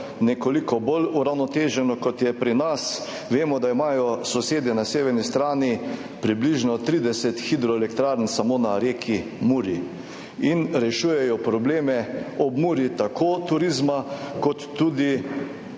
nekoliko bolj uravnoteženo, kot je pri nas, vemo, da imajo sosedje na severni strani približno 30 hidroelektrarn samo na reki Muri in rešujejo probleme ob Muri, tako turizma kot tudi